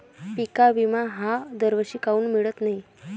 पिका विमा हा दरवर्षी काऊन मिळत न्हाई?